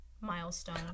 milestone